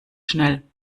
schnell